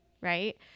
Right